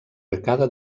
arcada